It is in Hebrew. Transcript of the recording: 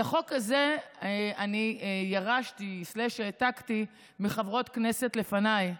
את החוק הזה ירשתי/העתקתי מחברות הכנסת לפניי,